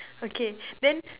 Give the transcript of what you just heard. okay then